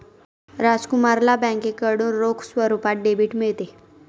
राजकुमारला बँकेकडून रोख स्वरूपात डेबिट मिळते